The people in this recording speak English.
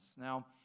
Now